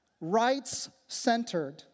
rights-centered